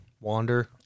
Wander